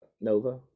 Nova